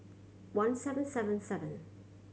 one seven seven seven